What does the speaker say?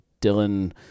Dylan